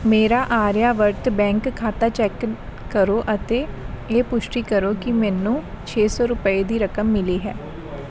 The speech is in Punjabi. ਮੇਰਾ ਆਰਿਆਵਟ ਬੈਂਕ ਖਾਤਾ ਚੈੱਕ ਕਰੋ ਅਤੇ ਇਹ ਪੁਸ਼ਟੀ ਕਰੋ ਕਿ ਮੈਨੂੰ ਛੇ ਸੌ ਰੁਪਏ ਦੀ ਰਕਮ ਮਿਲੀ ਹੈ